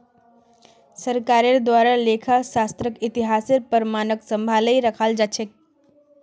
सरकारेर द्वारे लेखा शास्त्रक इतिहासेर प्रमाणक सम्भलई रखाल जा छेक